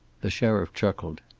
the sheriff chuckled.